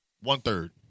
One-third